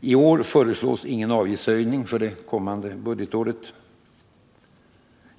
I år föreslås ingen avgiftshöjning för det kommande budgetåret.